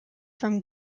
from